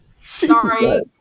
sorry